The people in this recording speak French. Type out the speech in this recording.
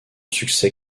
succès